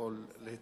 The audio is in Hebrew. הנה